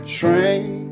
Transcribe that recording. train